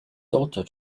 daughter